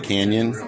Canyon